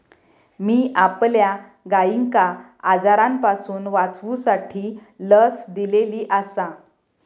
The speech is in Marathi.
मी आपल्या गायिंका आजारांपासून वाचवूसाठी लस दिलेली आसा